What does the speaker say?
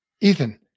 Ethan